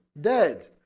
dead